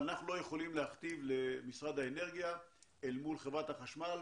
אנחנו לא יכולים להכתיב למשרד האנרגיה אל מול חברת החשמל: